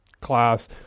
class